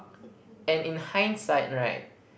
and in hindsight right